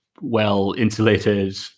well-insulated